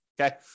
Okay